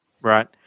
right